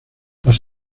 las